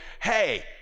hey